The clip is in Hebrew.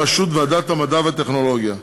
בראשות ועדת המדע והטכנולוגיה.